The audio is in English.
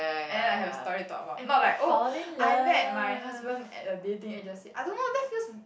and then I have a story to talk about not like oh I met my husband at a dating agency I don't know that's just